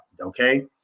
Okay